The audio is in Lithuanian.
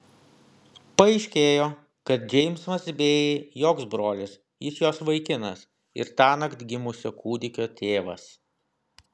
paaiškėjo kad džeimsas bėjai joks brolis jis jos vaikinas ir tąnakt gimusio kūdikio tėvas